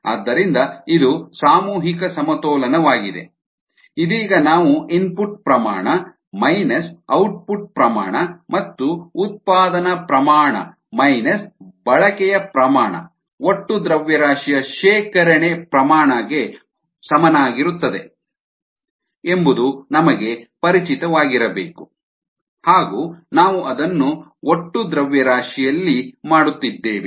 ಆದ್ದರಿಂದ ಇದು ಸಾಮೂಹಿಕ ಸಮತೋಲನವಾಗಿದೆ ಇದೀಗ ನಾವು ಇನ್ಪುಟ್ ಪ್ರಮಾಣ ಮೈನಸ್ ಔಟ್ಪುಟ್ ಪ್ರಮಾಣ ಮತ್ತು ಉತ್ಪಾದನ ಪ್ರಮಾಣ ಮೈನಸ್ ಬಳಕೆಯ ಪ್ರಮಾಣ ಒಟ್ಟು ದ್ರವ್ಯರಾಶಿಯ ಶೇಖರಣೆ ಪ್ರಮಾಣ ಗೆ ಸಮನಾಗಿರುತ್ತದೆ ಎಂಬುದು ನಮಗೆ ಪರಿಚಿತವಾಗಿರಬೇಕು ಹಾಗು ನಾವು ಅದನ್ನು ಒಟ್ಟು ದ್ರವ್ಯರಾಶಿಯಲ್ಲಿ ಮಾಡುತ್ತಿದ್ದೇವೆ